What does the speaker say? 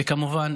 וכמובן,